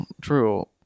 True